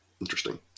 Interesting